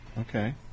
Okay